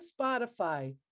Spotify